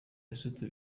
yezu